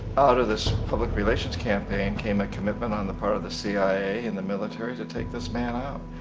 out of this public relations campaign came a commitment on the part of the cia and the military to take this man out.